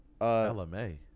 LMA